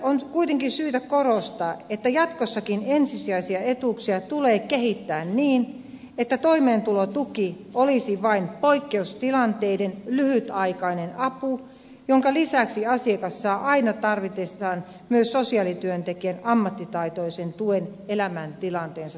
on kuitenkin syytä korostaa että jatkossakin ensisijaisia etuuksia tulee kehittää niin että toimeentulotuki olisi vain poikkeustilanteiden lyhytaikainen apu jonka lisäksi asiakas saa aina tarvitessaan myös sosiaalityöntekijän ammattitaitoisen tuen elämäntilanteensa tueksi